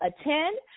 attend